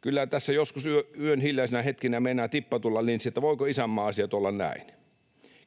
Kyllä tässä joskus yön hiljaisina hetkinä meinaa tippa tulla linssiin, että voivatko isänmaan asiat olla näin.